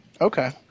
Okay